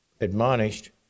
admonished